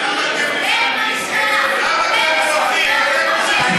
עוד רצח ועוד רצח.